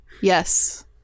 Yes